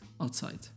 outside